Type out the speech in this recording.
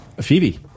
Phoebe